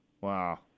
wow